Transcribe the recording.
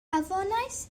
anfonais